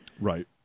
Right